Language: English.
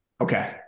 Okay